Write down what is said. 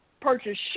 purchase